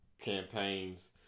campaigns